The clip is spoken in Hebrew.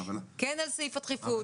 כן על סעיף הדחיפות,